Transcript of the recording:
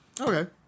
Okay